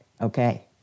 okay